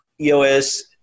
EOS